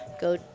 go